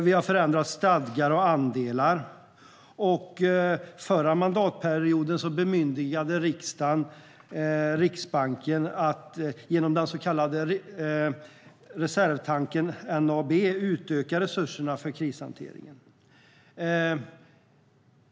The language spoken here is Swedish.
Vi har förändrat stadgar och andelar, och förra mandatperioden bemyndigade riksdagen Riksbanken att genom den så kallade reservtanken NAB utöka resurserna för krishantering.